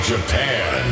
Japan